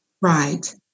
Right